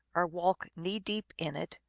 or walk knee-deep in it,